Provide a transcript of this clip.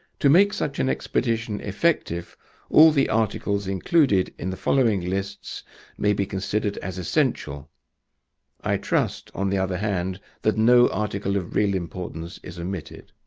to make such an expedition effective all the articles included in the following lists may be considered as essential i trust, on the other hand, that no article of real importance is omitted.